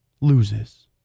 loses